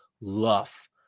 love